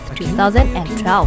2012